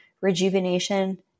rejuvenation